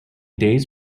days